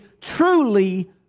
truly